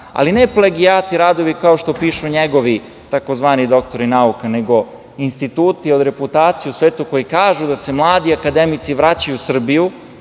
ali ne plagijati radovi, kao što pišu njegovi takozvani doktori nauka, nego instituti od reputacije u svetu koji kažu da se mladi akademici vraćaju u Srbiju,